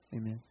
Amen